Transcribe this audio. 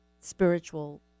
spiritual